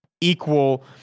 equal